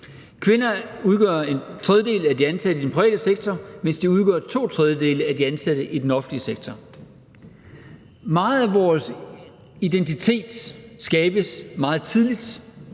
Kvinder udgør en tredjedel af de ansatte i den private sektor, mens de udgør to tredjedele af de ansatte i den offentlige sektor. Meget af vores identitet skabes meget tidligt,